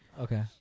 Okay